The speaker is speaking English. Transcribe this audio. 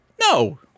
No